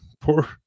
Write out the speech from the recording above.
poor